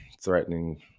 threatening